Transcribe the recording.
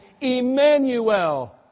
Emmanuel